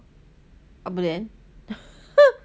abuden